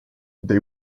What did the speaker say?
they